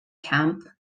camp